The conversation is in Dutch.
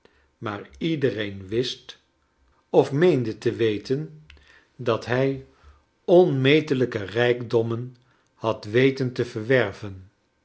maar iedereen wist of meende te weten dat hij onmetelijke rijkkleine dorrit dommen had weten te verwerven